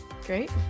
great